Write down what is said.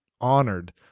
honored